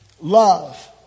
love